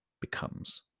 becomes